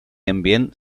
ambient